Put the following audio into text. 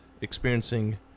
experiencing